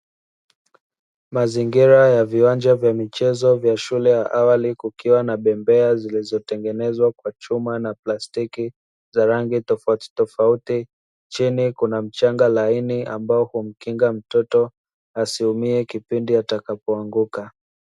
Mazingira ya viwanja vya michezo vya shule ya awali kukiwa na bembea zilizotengenezwa kwa chuma na plastiki za rangi tofauti tofauti, chini kuna mchanga laini ambao humkinga mtoto asiumie kipindi atakapoanguka.